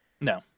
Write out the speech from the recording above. No